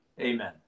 amen